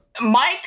Mike